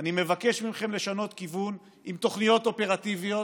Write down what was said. אני מבקש מכם לשנות כיוון עם תוכניות אופרטיביות,